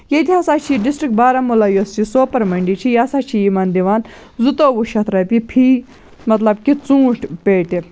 ییٚتہِ ہسا چھِ یہِ ڈِسٹرک بارہمولا یۄس یہِ سوپر مٔنٛڈی چھِ یہِ ہسا چھِ یِمن دِوان زٕتووُہ شیٚتھ رۄپیہِ فی مطلب کہِ ژوٗنٹھۍ پیٹہِ